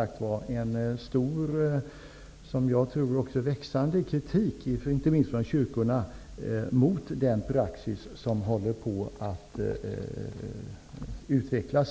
alltså en stor och växande kritik från inte minst kyrkorna mot den praxis som håller på att utvecklas.